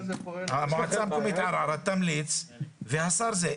המועצה המקומית בערערה תמליץ והשר ימנה.